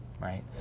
right